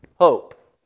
hope